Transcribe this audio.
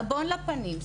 סבון לפנים,